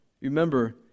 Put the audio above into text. remember